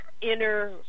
inner